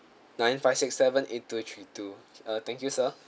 nine five six seven eight two three two uh thank you sir